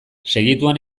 segituan